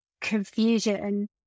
confusion